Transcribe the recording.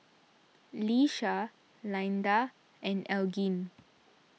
Lesha Lynda and Elgin